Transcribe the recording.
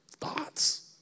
thoughts